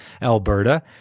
Alberta